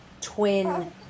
twin